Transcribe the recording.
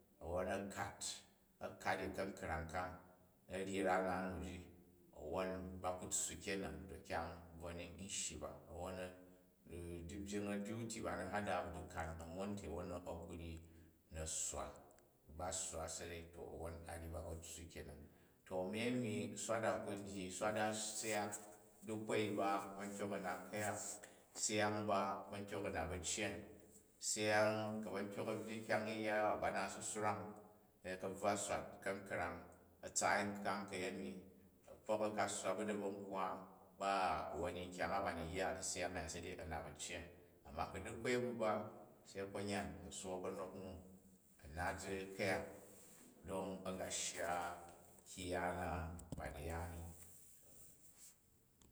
Awwon na kat, a̱ kat i a ka̱nkrong ka, a̱ vyi rana nuji a̱wwon ba ku tssu kenan to kyang bvu ni n shyi ba wwon dibying a̱dyu ti bani hada bu dikan a̱mon ti a̱ ku vyi na sswa, ba sswa sa̱rei to wwon a ryi ba ba̱ tssu ke nan. To a̱ni a̱ni swat a ku n dyi, swat a syak dikwoi u̱ba ba̱ntyok a̱ nat ku̱yak, syang u̱ ba bantyeka̱ nat bacyen, syang ku ba̱ntyok a̱ vbyyi kyang yya ba, ba na si swrang u na̱bvwa swat kangkrang, a̱ tsaai nkhang ka̱yemi, a̱kpok, a̱ ka sswa bu da̱ba̱kwa ba wani kyang a ba niyya u̱ syang a se dai a̱ nat ba̱cyen. Amma ku̱ dekwoi bu ba, se konyan a sook a̱nok nu, a̱ nat ku̱yak don a ga shya kyang ya na ba ni ya ni